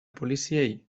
poliziei